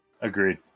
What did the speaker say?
Agreed